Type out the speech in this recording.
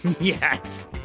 Yes